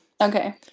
Okay